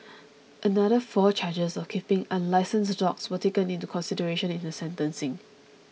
another four charges of keeping unlicensed dogs were taken into consideration in her sentencing